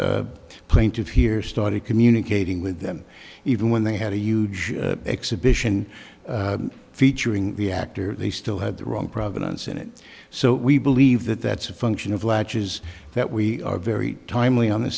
plaintiff here started communicating with them even when they had a huge exhibition featuring the actor they still have the wrong provenance in it so we believe that that's a function of latches that we are very timely on the